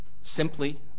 simply